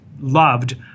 loved